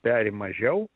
peri mažiau